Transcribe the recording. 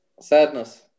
sadness